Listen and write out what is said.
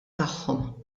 tagħhom